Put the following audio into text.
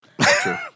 true